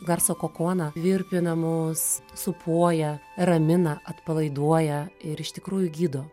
garso kokoną virpina mus sūpuoja ramina atpalaiduoja ir iš tikrųjų gydo